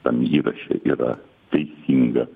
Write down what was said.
tam įraše yra teisinga